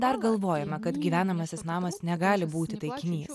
dar galvojome kad gyvenamasis namas negali būti taikinys